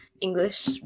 English